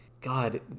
god